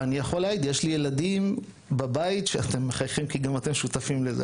יש לי ילדים בבית אתם מחייכים כי גם אתם שותפים לזה,